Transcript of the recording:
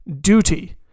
Duty